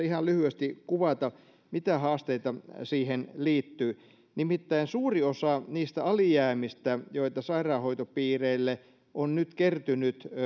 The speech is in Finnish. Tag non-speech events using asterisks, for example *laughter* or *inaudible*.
*unintelligible* ihan lyhyesti kuvata mitä haasteita siihen liittyy nimittäin suuri osa niistä alijäämistä joita sairaanhoitopiireille on nyt kertynyt